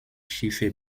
schiffe